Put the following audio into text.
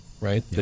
right